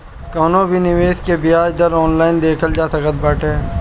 कवनो भी निवेश के बियाज दर ऑनलाइन देखल जा सकत बाटे